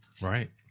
Right